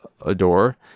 adore